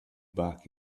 back